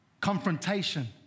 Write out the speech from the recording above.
confrontation